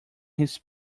his